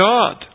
God